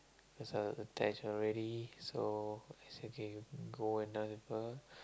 cause I was attached already so I say okay you go and dance with her